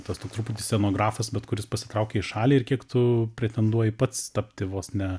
tas tu truputį scenografas bet kuris pasitraukia į šalį ir kiek tu pretenduoji pats tapti vos ne